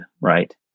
right